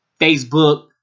Facebook